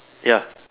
ya